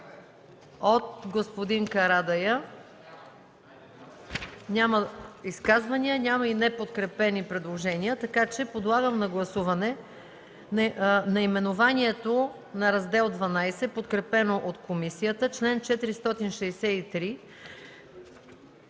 от господин Карадайъ? Няма изказвания. Няма и неподкрепени предложения. Подлагам на гласуване наименованието на Раздел ХІІ, подкрепено от комисията; чл. 463